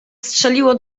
strzeliło